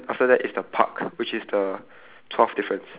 then after that is the blazer which is the eleventh difference